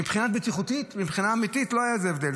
מבחינה בטיחותית, מבחינה אמיתית, לא היה הבדל.